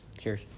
Cheers